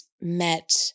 met